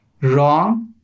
wrong